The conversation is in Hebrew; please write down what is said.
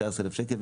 תשעה עשר אלף שקל,